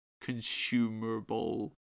consumable